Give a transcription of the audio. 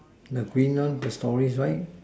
the been one the story right